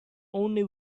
only